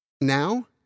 Now